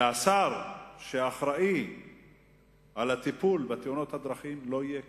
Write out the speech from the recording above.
והשר שאחראי לטיפול בתאונות הדרכים לא יהיה כאן.